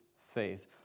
faith